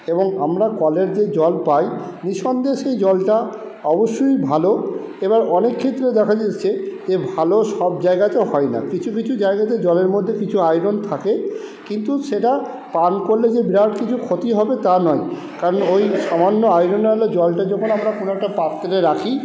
এবং আমরা কলের যে জল পাই নিঃসন্দেহে সেই জলটা অবশ্যই ভালো এবার অনেক ক্ষেত্রেও দেখা যাচ্ছে যে ভালো সব জায়গাতে হয় না কিছু কিছু জায়গাতে জলের মধ্যে কিছু আয়রন থাকে কিন্তু সেটা পান করলে যে বিরাট কিছু ক্ষতি হবে তা নয় কারণ ওই সামান্য আয়রনওয়ালা জলটা যখন আমরা কোনো একটা পাত্রে রাখি